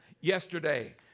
yesterday